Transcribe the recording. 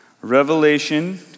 Revelation